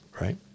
right